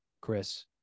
chris